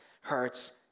hurts